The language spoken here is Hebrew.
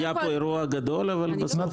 היה פה אירוע גדול, אבל בסוף הוא הרים ידיים.